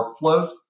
workflows